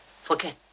Forget